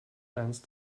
ernst